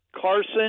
Carson